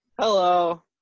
Hello